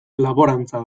laborantza